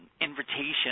invitation